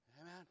Amen